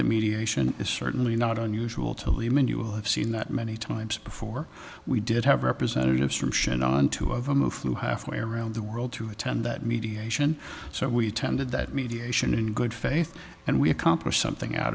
the mediation is certainly not unusual to lehman you will have seen that many times before we did have representatives from chandon two of them of flu halfway around the world to attend that mediation so we attended that mediation in good faith and we accomplished something out